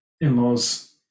in-laws